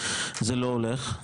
זה לא הולך.